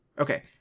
Okay